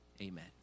amen